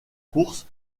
courses